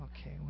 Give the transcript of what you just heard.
Okay